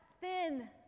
thin